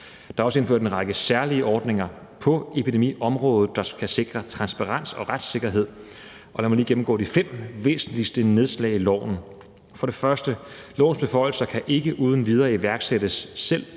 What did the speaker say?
Der er også indført en række særlige ordninger på epidemiområdet, der skal sikre transparens og retssikkerhed, og lad mig lige gennemgå de fem væsentligste nedslag i loven. For det første kan lovens beføjelser ikke uden videre iværksættes, selv